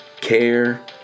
care